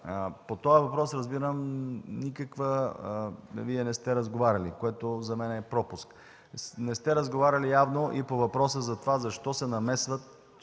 По този въпрос, разбирам, че не сте разговаряли, което за мен е пропуск. Не сте разговаряли явно и по въпроса защо се намесват